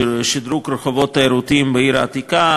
שדרוג רחובות תיירותיים בעיר העתיקה